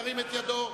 מי נגד?